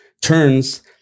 turns